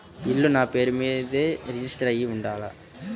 ఇల్లు నాపేరు మీదే రిజిస్టర్ అయ్యి ఉండాల?